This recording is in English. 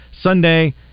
Sunday